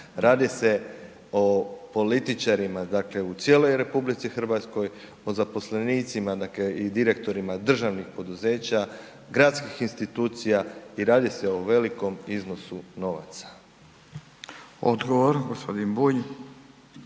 Radi se o političarima dakle u cijeloj RH, o zaposlenicima dakle i direktorima državnih poduzeća, gradskih institucija i radi se o velikom iznosu novaca. **Radin, Furio